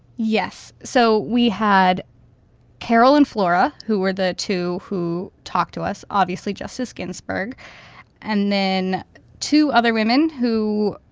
yes. so we had carolyn flora, who were the two who talked to us. obviously, justice ginsburg and then two other women who,